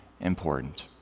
important